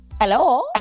Hello